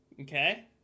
Okay